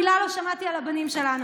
מילה לא שמעתי על הבנים שלנו.